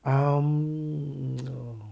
um no